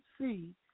see